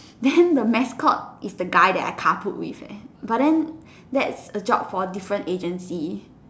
then the mascot is the guy that I carpooled with leh but then that's a job for different agency